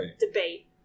debate